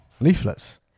Leaflets